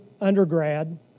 undergrad